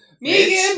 Megan